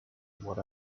what